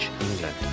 England